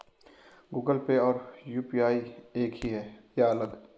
Google Pay और UPI एक ही है या अलग?